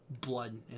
blood